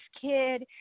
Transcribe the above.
kid